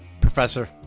Professor